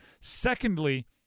Secondly